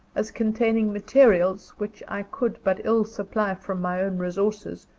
as containing materials, which i could but ill supply from my own resources,